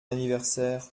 anniversaire